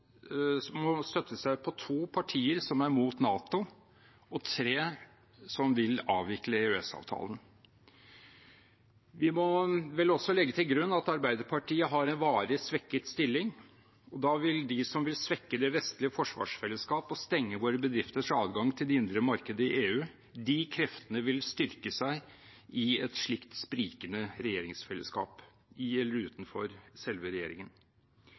støtte seg på to partier som er imot NATO, og tre som vil avvikle EØS-avtalen. Vi må vel også legge til grunn at Arbeiderpartiet har en varig svekket stilling, og da vil de kreftene som vil svekke det vestlige forsvarsfellesskap og stenge våre bedrifters adgang til det indre marked i EU, styrke seg i et slikt sprikende regjeringsfellesskap, i eller utenfor selve regjeringen.